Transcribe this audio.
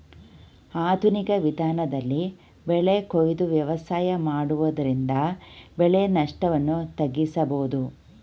ಆಧುನಿಕ ವಿಧಾನದಲ್ಲಿ ಬೆಳೆ ಕೊಯ್ದು ವ್ಯವಸಾಯ ಮಾಡುವುದರಿಂದ ಬೆಳೆ ನಷ್ಟವನ್ನು ತಗ್ಗಿಸಬೋದು